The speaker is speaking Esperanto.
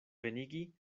venigi